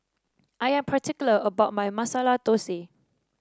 I am particular about my Masala Dosa